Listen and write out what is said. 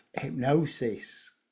hypnosis